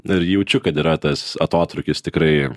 ir jaučiu kad yra tas atotrūkis tikrai